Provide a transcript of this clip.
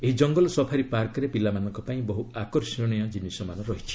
ଏହି ଜଙ୍ଗଲ ସଫାରୀ ପାର୍କରେ ପିଲାମାନଙ୍କ ପାଇଁ ବହୁ ଆକର୍ଷଣୀୟ ଜିନିଷମାନ ରହିଛି